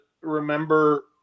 remember